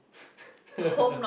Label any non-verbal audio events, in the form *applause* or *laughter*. *laughs*